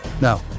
No